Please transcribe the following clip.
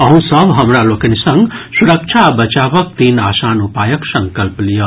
अहूँ सभ हमरा लोकनि संग सुरक्षा आ बचावक तीन आसान उपायक संकल्प लियऽ